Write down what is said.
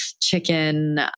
chicken